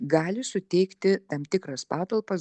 gali suteikti tam tikras patalpas